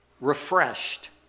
refreshed